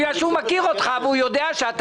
הוא לוקח סיכון בגלל שהוא מכיר אותך ויודע שאתה